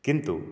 କିନ୍ତୁ